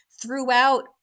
throughout